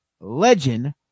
legend